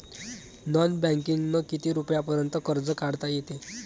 Non बँकिंगनं किती रुपयापर्यंत कर्ज काढता येते?